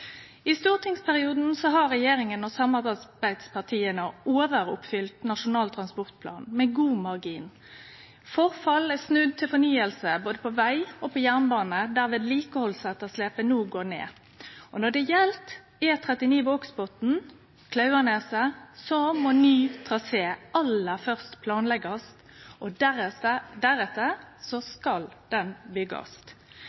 I stortingsperioden har regjeringa og samarbeidspartia overoppfylt Nasjonal transportplan med god margin. Forfall er snudd til fornying på både veg og jernbane, der vedlikehaldsetterslepet no går ned. Og når det gjeld E39 Vågsbotn–Klauvaneset, må ny trasé aller først planleggjast, og deretter